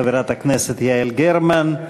חברת הכנסת יעל גרמן,